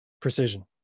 precision